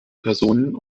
personen